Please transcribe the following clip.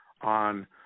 on